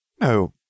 No